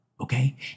Okay